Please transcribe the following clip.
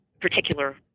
particular